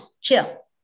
Chill